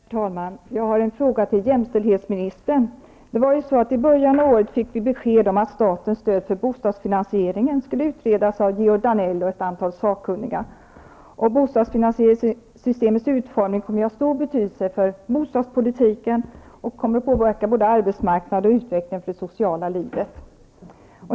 Herr talman! Jag har en fråga till jämställdhetsministern. I början av året fick vi beskedet att statens stöd till bostadsfinansieringen skulle utredas av Georg Danell och ett antal sakkunniga. Bostadsfinansieringssystemets utformning kommer att få stor betydelse för bostadspolitiken och kommer att påverka både arbetsmarknaden och utvecklingen av det sociala livet.